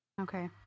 Okay